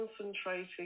concentrating